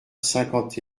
cinquante